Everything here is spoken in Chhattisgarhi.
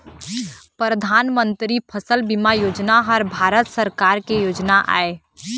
परधानमंतरी फसल बीमा योजना ह भारत सरकार के योजना आय